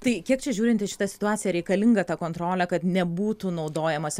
tai kiek čia žiūrint į šitą situaciją reikalinga ta kontrolė kad nebūtų naudojamasi